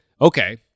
okay